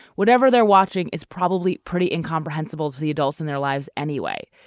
whatever they're watching is probably pretty incomprehensible to the adults in their lives anyway.